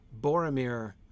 Boromir